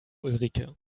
ulrike